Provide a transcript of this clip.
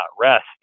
rest